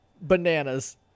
bananas